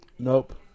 Nope